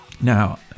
now